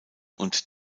und